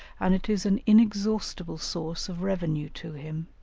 and it is an inexhaustible source of revenue to him.